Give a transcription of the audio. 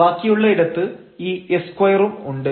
ബാക്കിയുള്ള ഇടത്ത് ഈ s2 ഉം ഉണ്ട്